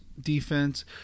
Defense